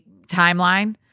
timeline